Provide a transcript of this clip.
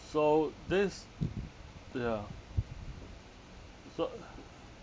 so this ya so